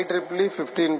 4 IEEE 15